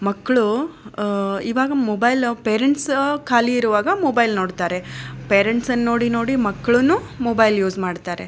ಮಕ್ಕಳು ಇವಾಗ mobile parents ಖಾಲಿ ಇರುವಾಗ ಮೊಬೈಲ್ ನೋಡ್ತಾರೆ ಪೇರೆಂಟ್ಸನ್ನು ನೋಡಿ ನೋಡಿ ಮಕ್ಕಳೂನೂ ಮೊಬೈಲ್ ಯೂಸ್ ಮಾಡ್ತಾರೆ